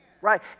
Right